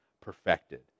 perfected